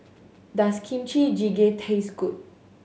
does Kimchi Jjigae taste good